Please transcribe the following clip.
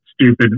stupid